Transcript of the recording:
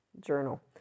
Journal